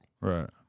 Right